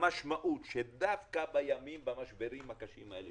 המשמעות היא שדווקא במשברים הקשים האלה,